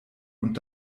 und